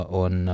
on